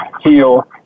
heal